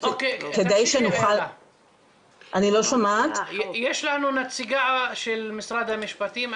יש לנו נציגה של משרד המשפטים,